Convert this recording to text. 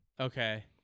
Okay